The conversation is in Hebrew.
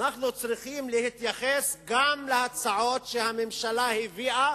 אנחנו צריכים להתייחס גם להצעות שהממשלה הביאה